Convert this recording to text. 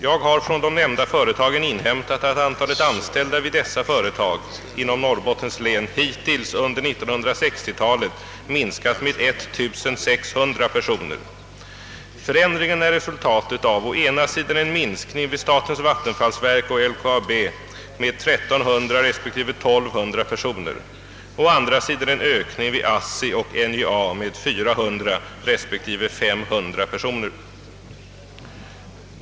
Jag har från de nämnda företagen inhämtat att antalet anställda vid dessa företag inom Norrbottens län hittills under 1960-talet minskat med 1600 personer. Förändringen är resultatet av å ena sidan en minskning vid statens vattenfallsverk och LKAB med 1300 resp. 1200 personer, å andra sidan en ökning vid ASSI och NJA med 400 resp. 500 personer.